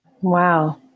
Wow